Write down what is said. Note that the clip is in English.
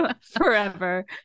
forever